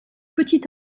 petit